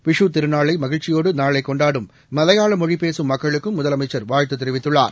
விஷூ திருநாளை மகிழ்ச்சியோடு நாளை கொண்டாடும் மலையாள மொழி பேசும் மக்களுக்கும் முதலமைச்சர் வாழ்த்து தெரிவித்துள்ளார்